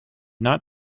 not